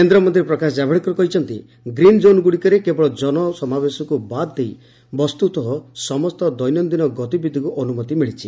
କେନ୍ଦ୍ର ମନ୍ତ୍ରୀ ପ୍ରକାଶ ଜାଭଡେକର କହିଛନ୍ତି ଗ୍ରୀନ୍ ଜୋନ୍ଗୁଡ଼ିକରେ କେବଳ ଜନସମାବେଶକୁ ବାଦ ଦେଇ ବସ୍ତୁତଃ ସମସ୍ତ ଦୈନନ୍ଦିନ ଗତିବିଧିକୁ ଅନୁମତି ମିଳିଛି